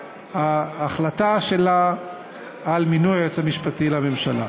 ההחלטה שלה על מינוי היועץ המשפטי לממשלה.